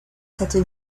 cette